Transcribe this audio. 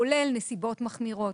כולל נסיבות מחמירות,